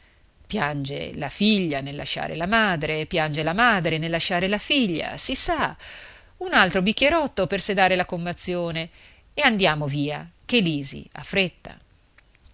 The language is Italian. piange la figlia nel lasciare la madre piange la madre nel lasciare la figlia si sa un altro bicchierotto per sedare la commozione e andiamo via ché lisi ha fretta